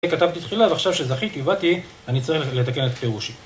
כתבתי תחילה ועכשיו שזכיתי ובאתי אני צריך לתקן את פירושי